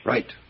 Right